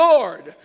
Lord